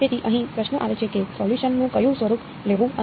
તેથી અહીં પ્રશ્ન આવે છે કે સોલ્યુસન નું કયું સ્વરૂપ લેવું અને શા માટે